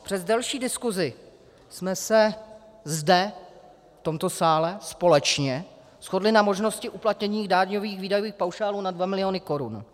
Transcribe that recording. Přes delší diskusi jsme se zde, v tomto sále, společně shodli na možnosti uplatnění daňových výdajových paušálů na 2 miliony korun.